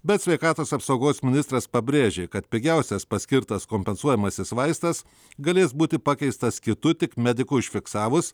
bet sveikatos apsaugos ministras pabrėžė kad pigiausias paskirtas kompensuojamasis vaistas galės būti pakeistas kitu tik medikui užfiksavus